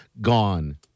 gone